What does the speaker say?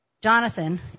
Jonathan